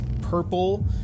purple